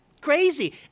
Crazy